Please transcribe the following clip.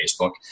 Facebook